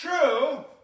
true